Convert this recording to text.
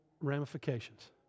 ramifications